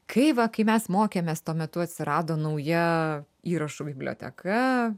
kai va kai mes mokėmės tuo metu atsirado nauja įrašų biblioteka